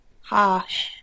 Harsh